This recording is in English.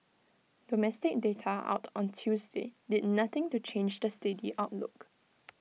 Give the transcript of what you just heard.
domestic data out on Tuesday did nothing to change the steady outlook